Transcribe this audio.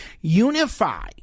unify